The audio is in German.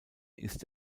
ist